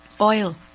oil